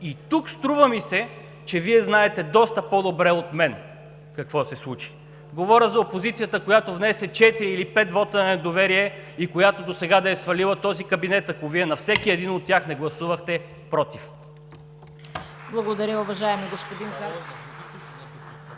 и тук, струва ми се, че Вие знаете доста по-добре от мен какво се случи! Говоря за опозицията, която внесе четири или пет вота на недоверие и която досега да е свалила този кабинет, ако Вие на всеки един от тях не гласувахте „против“. (Ръкопляскания от „БСП за